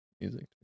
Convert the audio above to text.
Music